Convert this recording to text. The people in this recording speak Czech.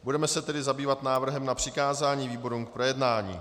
Budeme se tedy zabývat návrhem na přikázání výborům k projednání.